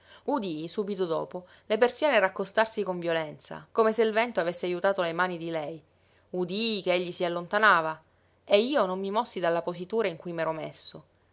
sana udii subito dopo le persiane raccostarsi con violenza come se il vento avesse ajutato le mani di lei udii che egli si allontanava e io non mi mossi dalla positura in cui m'ero messo